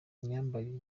myambarire